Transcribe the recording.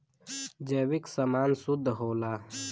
जैविक समान शुद्ध होला